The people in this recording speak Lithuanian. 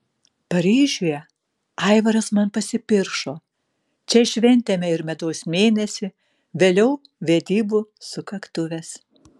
paryžiuje aivaras man pasipiršo čia šventėme ir medaus mėnesį vėliau vedybų sukaktuves